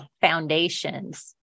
foundations